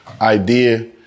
idea